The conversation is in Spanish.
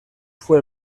fue